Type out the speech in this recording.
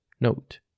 Note